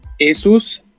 Asus